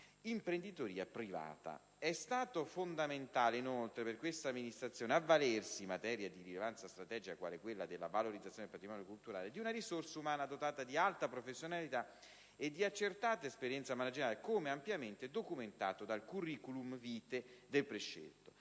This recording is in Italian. imprenditoria privata. È stato fondamentale, inoltre, per questa Amministrazione avvalersi, in una materia di rilevanza strategica quale quella della valorizzazione del patrimonio culturale, di una risorsa umana dotata di alta professionalità e di accertata esperienza manageriale, come ampiamente documentato dal *curriculum vitae* del prescelto.